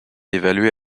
évaluée